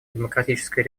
демократической